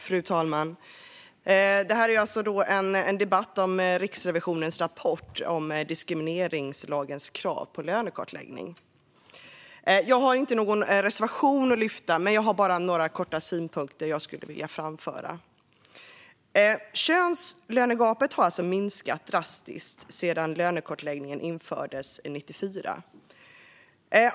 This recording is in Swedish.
Fru talman! Vi har nu en debatt om Riksrevisionens rapport om diskrimineringslagens krav på lönekartläggning. Jag har ingen reservation att lyfta fram men väl några synpunkter jag vill framföra. Könslönegapet har drastiskt minskat sedan lönekartläggningen infördes 1994.